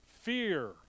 Fear